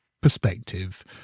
perspective